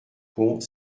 pont